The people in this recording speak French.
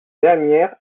dernière